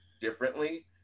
differently